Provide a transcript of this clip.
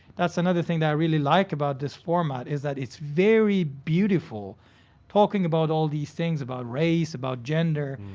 that's another thing that i really like about this format is that it's very beautiful talking about all these things, about race, about gender,